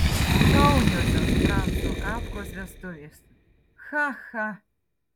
šauniosios franco kafkos vestuvės cha cha